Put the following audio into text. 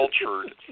cultured